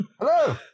Hello